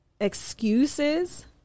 excuses